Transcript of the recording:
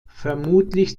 vermutlich